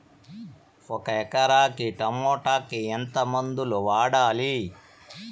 ఒక ఎకరాకి టమోటా కు ఎంత మందులు వాడాలి?